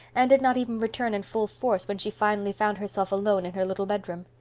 and did not even return in full force when she finally found herself alone in her little bedroom.